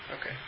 Okay